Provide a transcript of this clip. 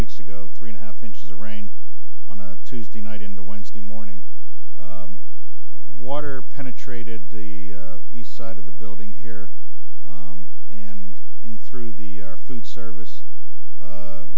weeks ago three and a half inches of rain on a tuesday night into wednesday morning water penetrated the east side of the building here and in through the food service